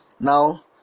Now